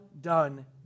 done